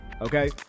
Okay